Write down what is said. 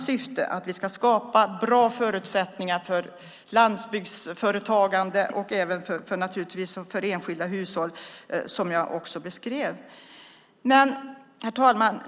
Syftet är att vi ska skapa bra förutsättningar för landsbygdsföretagande och även naturligtvis för enskilda hushåll, som jag också beskrev. Herr talman!